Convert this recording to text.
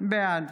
בעד